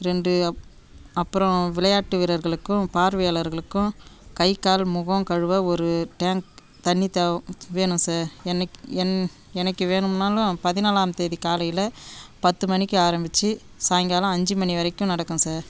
ரெண்டு அப்பறம் விளையாட்டு வீரர்களுக்கும் பார்வையாளர்களுக்கும் கை கால் முகம் கழுவ ஒரு டேங்க் தண்ணி தேவை வேணும் சார் என்னைக் என் என்னைக்கு வேணும்னாலும் பதினாலாம் தேதி காலைல பத்து மணிக்கு ஆரம்மிச்சி சாய்ங்காலம் அஞ்சு மணி வரைக்கும் நடக்கும் சார்